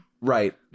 Right